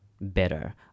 better